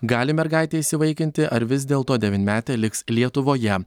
gali mergaitę įsivaikinti ar vis dėlto devynmetė liks lietuvoje